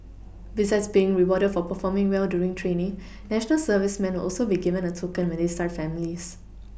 besides being rewarded for performing well during training national servicemen will also be given a token when they start families